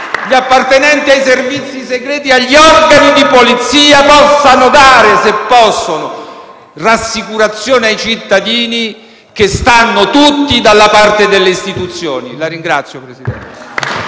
gli appartenenti ai servizi segreti e gli organi di polizia possano dare, se possono, rassicurazioni ai cittadini che stanno tutti dalla parte delle istituzioni. *(Applausi